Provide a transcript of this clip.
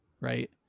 right